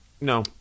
No